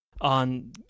on